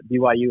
BYU